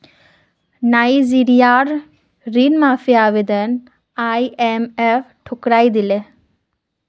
नाइजीरियार ऋण माफी आवेदन आईएमएफ ठुकरइ दिले